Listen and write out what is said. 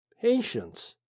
patience